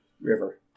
River